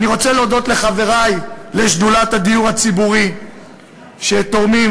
אני רוצה להודות לחברי לשדולת הדיור הציבורי שתורמים: